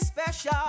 special